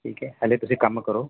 ਠੀਕ ਹੈ ਹਜੇ ਤੁਸੀਂ ਕੰਮ ਕਰੋ